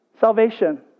salvation